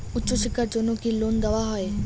উচ্চশিক্ষার জন্য কি লোন দেওয়া হয়?